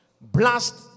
blast